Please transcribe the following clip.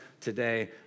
today